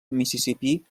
mississipí